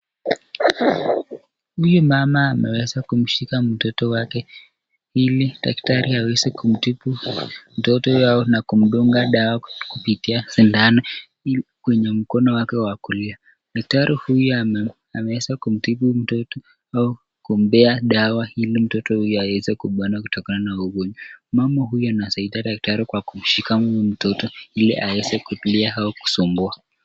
Huyu mama ameweza kumshika mtoto wake ili daktari aweze kumtibu mtoto yao na kumdunga dawa kupitia sindano kwenye mkono wake wa kulia. Daktari huyu ameweza kumtibu mtoto au kumpea dawa ili mtoto huyu aweze kupona kutoka na ugonjwa. Mama huyu anasaidia daktari kwa kumshika mtoto ili asiweze kulia au kusumbua.